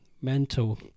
mental